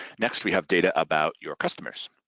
next we have data about your customers.